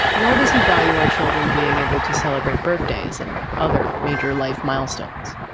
nor does he value our children being able to celebrate birthdays and other major life milestones.